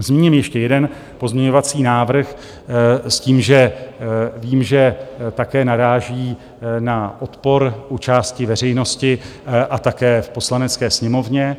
Zmíním ještě jeden pozměňovací návrh s tím, že vím, že také naráží na odpor u části veřejnosti a také v Poslanecké sněmovně.